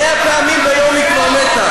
מאה פעמים ביום היא כבר מתה.